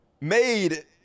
made